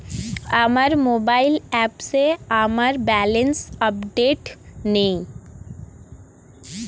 আমার মোবাইল অ্যাপে আমার ব্যালেন্স আপডেটেড নেই